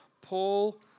Paul